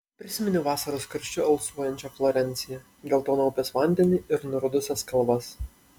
prisiminiau vasaros karščiu alsuojančią florenciją geltoną upės vandenį ir nurudusias kalvas